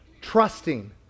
Trusting